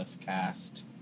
cast